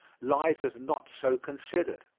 lies that are not so considered.